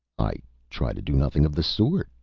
i try to do nothing of the sort,